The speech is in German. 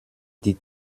die